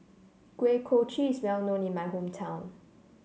Kuih Kochi is well known in my hometown